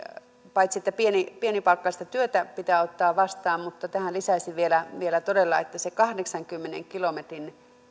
paitsi että pienipalkkaista työtä pitää ottaa vastaan niin tähän lisäisin vielä vielä todella että on se kahdeksankymmenen kilometrin